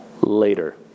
later